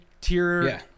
tier